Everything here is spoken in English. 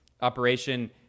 operation